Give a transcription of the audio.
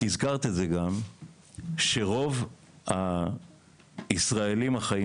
10:22) את גם הזכרת שרוב הישראלים שחיים